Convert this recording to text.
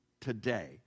today